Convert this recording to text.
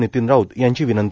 नितिन राऊत यांची विनंती